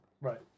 Right